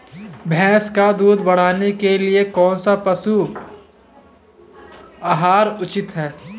भैंस का दूध बढ़ाने के लिए कौनसा पशु आहार उचित है?